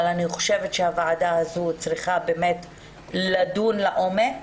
אני חושבת שהוועדה הזאת צריכה לדון לעומק.